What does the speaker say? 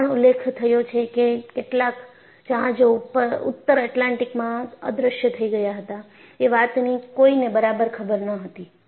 આ પણ ઉલ્લેખ થયો છે કે કેટલાક જહાજો ઉત્તર એટલાન્ટિકમાં અદૃશ્ય થઈ ગયા હતા એ વાતની કોઈને બરાબર ખબર ન હતી